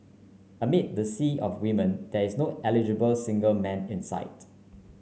amid the sea of women there's no eligible single man in sight